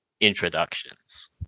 introductions